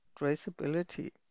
traceability